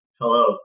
Hello